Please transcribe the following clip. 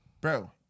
bro